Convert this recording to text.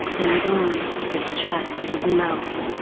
then his arm, his chest, his mouth.